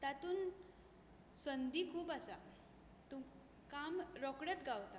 तातून संदी खूब आसा तूं काम रोकडेंत गावता